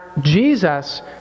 Jesus